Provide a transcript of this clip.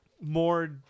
more